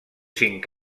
cinc